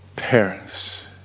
parents